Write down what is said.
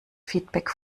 feedback